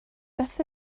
beth